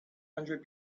hundred